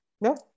No